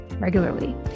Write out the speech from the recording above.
regularly